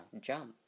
jump